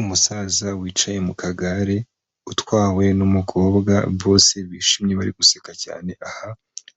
Umusaza wicaye mu kagare utwawe n'umukobwa bose bishimye bari guseka cyane, aha